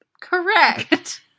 Correct